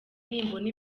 nimbona